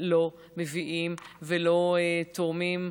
לא מביאים ולא תורמים.